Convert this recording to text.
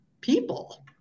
people